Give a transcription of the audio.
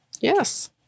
Yes